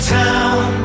town